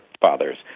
fathers